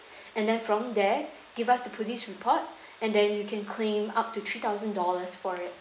and then from there give us the police report and then you can claim up to three thousand dollars for